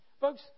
Folks